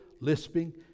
lisping